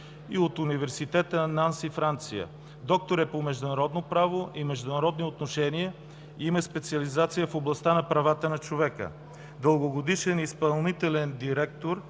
и от Университета Нанси 2 – Франция. Доктор е по „Международно право и международни отношения”, има специализации в областта на правата на човека. Тя е дългогодишен изпълнителен директор